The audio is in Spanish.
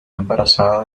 embarazada